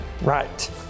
right